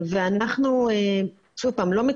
שוב פעם,